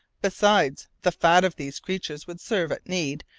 besides, the fat of these creatures would serve, at need,